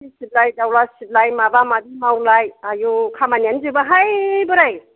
थोरसि सिबलाय दावला सिबलाय माबा माबि मावलाय आयौ खामानियानो जोबाहाय बोराय